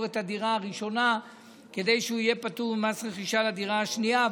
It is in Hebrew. את הדירה הראשונה כדי שהוא יהיה פטור ממס רכישה לדירה השנייה.